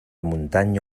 muntanya